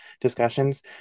discussions